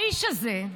האיש הזה,